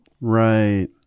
Right